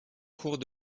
cours